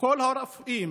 כל הרופאים,